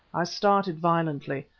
i started violently.